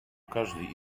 каждый